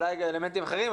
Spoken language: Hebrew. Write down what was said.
אולי אלמנטים אחרים,